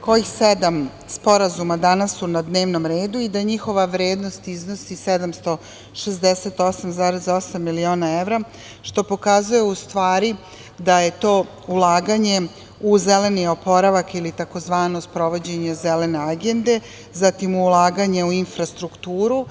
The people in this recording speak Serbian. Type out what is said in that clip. kojih sedam sporazuma danas su na dnevnom redu i da njihova vrednost iznosi 768,8 miliona evra, što pokazuje u stvari da je to ulaganje u zeleni oporavak ili tzv. sprovođenje Zelene agende, zatim ulaganje u infrastrukturu.